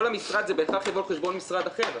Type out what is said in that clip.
כל העדפה למשרד בהכרח תבוא על חשבון משרד אחר.